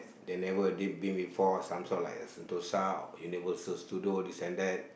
they never they been before some sort like sentosa Universal Studio this and that